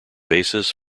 basis